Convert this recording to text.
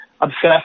obsessed